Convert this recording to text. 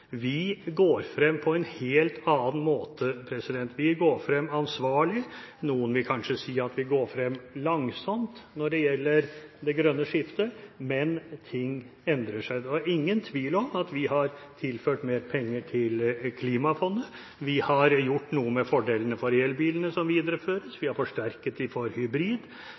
Vi går frem på en helt annen måte. Vi går frem ansvarlig, og noen vil kanskje si at vi går frem langsomt når det gjelder det grønne skiftet, men ting endrer seg. Det er ingen tvil om at vi har tilført mer penger til Klimafondet, vi har gjort noe med fordelene for elbilene, som videreføres, vi har forsterket dem for